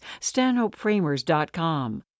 Stanhopeframers.com